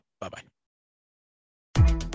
Bye-bye